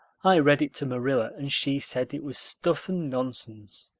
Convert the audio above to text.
i read it to marilla and she said it was stuff and nonsense.